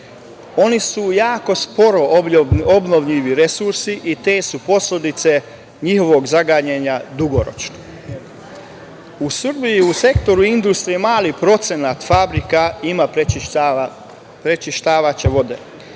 Oni su jako sporo obnovljivi resursi i te su posledice njihovog zagađenja dugoročne.U Srbiji u sektoru industrije mali procenat fabrika ima prečišćavanje vode.